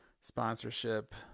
sponsorship